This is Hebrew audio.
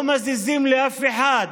לא מזיזים לאף אחד,